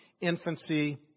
infancy